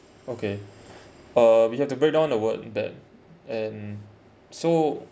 okay uh we have to break down the word bad and so